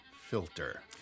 filter